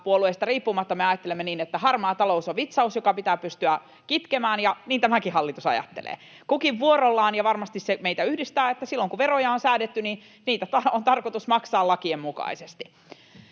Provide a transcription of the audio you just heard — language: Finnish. puolueesta riippumatta me ajattelemme niin, että harmaa talous on vitsaus, joka pitää pystyä kitkemään, ja niin tämäkin hallitus ajattelee. Kukin vuorollaan ajattelee, ja varmasti se meitä yhdistää, että silloin kun veroja on säädetty, niitä on tarkoitus maksaa lakien mukaisesti,